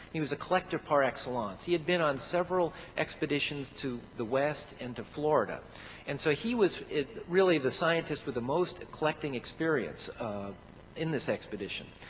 he was a collector par excellence. he had been on several expeditions to the west and to florida and so he was really the scientists were the most collecting experience in this expedition.